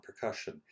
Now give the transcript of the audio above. percussion